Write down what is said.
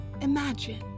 Imagine